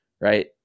right